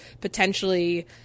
potentially